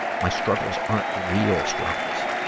my struggles aren't real struggles.